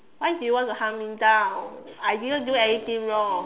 why do you want to hunt me down I didn't do anything wrong